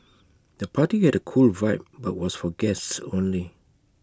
the party had A cool vibe but was for guests only